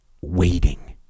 waiting